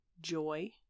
joy